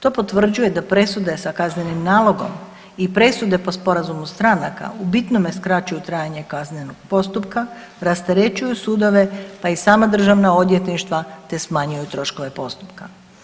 To potvrđuje da presude sa kaznenim nalogom i presude po sporazumu stranaka u bitnome skraćuju trajanje kaznenih postupka, rasterećuju sudove, a i sama državna odvjetništva te smanjuju troškove postupka.